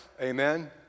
amen